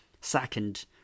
Second